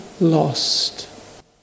lost